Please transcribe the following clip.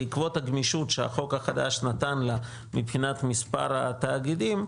בעקבות הגמישות שהחוק החדש נתן לה מבחינת מספר התאגידים,